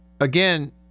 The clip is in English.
again